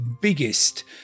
biggest